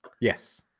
Yes